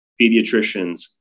pediatricians